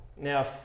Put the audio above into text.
Now